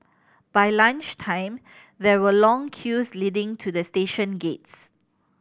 by lunch time there were long queues leading to the station gates